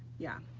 yeah.